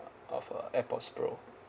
of uh AirPods pro